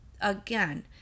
again